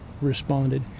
responded